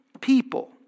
people